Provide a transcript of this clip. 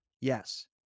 Yes